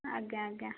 ଆଜ୍ଞା ଆଜ୍ଞା